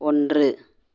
ஒன்று